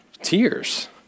tears